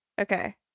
okay